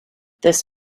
this